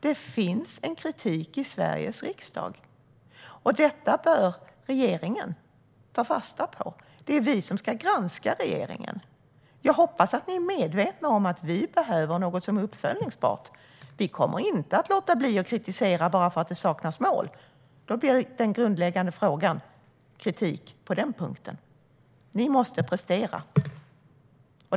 Det finns en kritik i Sveriges riksdag. Det bör regeringen ta fasta på. Det är vi som ska granska regeringen. Jag hoppas att ni medvetna om att vi behöver något som är uppföljningsbart. Vi kommer inte att låta bli att kritisera bara för att det saknas mål. Då blir den grundläggande frågan kritik på den punkten. Ni måste prestera.